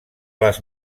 les